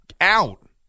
out